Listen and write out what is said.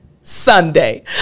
Sunday